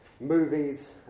movies